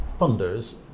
funders